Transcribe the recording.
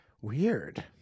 weird